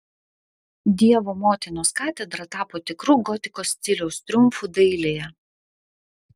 dievo motinos katedra tapo tikru gotikos stiliaus triumfu dailėje